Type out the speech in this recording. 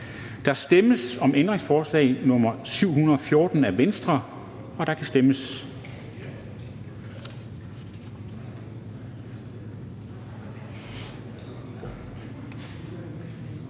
Der stemmes om ændringsforslag nr. 566 af finansministeren, og der kan stemmes.